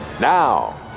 Now